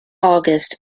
august